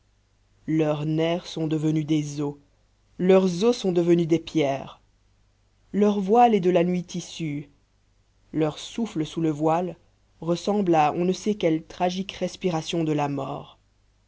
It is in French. leurs nerfs sont devenus des os leurs os sont devenus des pierres leur voile est de la nuit tissue leur souffle sous le voile ressemble à on ne sait quelle tragique respiration de la mort